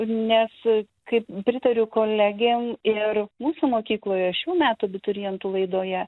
nes kaip pritariu kolegėm ir mūsų mokykloje šių metų abiturientų laidoje